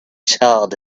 charred